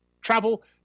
travel